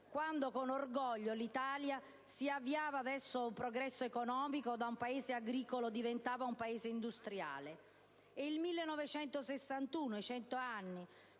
quando con orgoglio l'Italia si avviava verso un progresso economico e da un Paese agricolo diventava un Paese industriale; il 1961, i 100 anni,